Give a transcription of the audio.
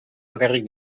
bakarrik